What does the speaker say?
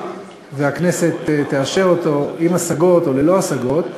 והכנסת תאשר אותו עם השגות או ללא השגות,